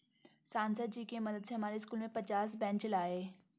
सांसद जी के मदद से हमारे स्कूल में पचास बेंच लाए